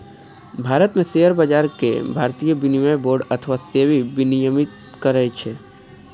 भारत मे शेयर बाजार कें भारतीय विनिमय बोर्ड अथवा सेबी विनियमित करै छै